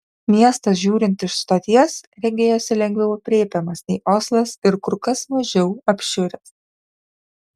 miestas žiūrint iš stoties regėjosi lengviau aprėpiamas nei oslas ir kur kas mažiau apšiuręs